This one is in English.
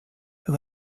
who